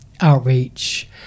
outreach